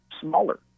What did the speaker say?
smaller